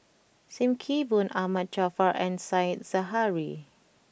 Sim Kee Boon Ahmad Jaafar and Said Zahari